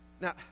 Now